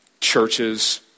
churches